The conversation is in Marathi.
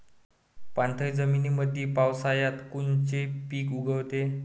पाणथळ जमीनीमंदी पावसाळ्यात कोनचे पिक उगवते?